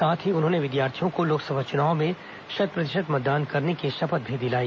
साथ ही उन्होंने विद्यार्थियों को लोकसभा चुनाव में शत प्रतिशत मतदान करने की शपथ दिलाई